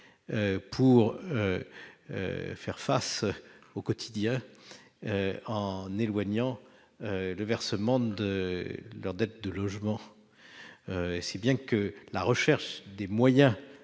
pour faire face au quotidien, en éloignant le versement de leur dette de logement. Aussi, la recherche des moyens